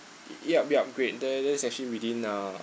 ya it'll be uh great. then that's actually within uh